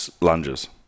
lunges